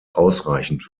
ausreichend